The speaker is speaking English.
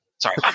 Sorry